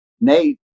Nate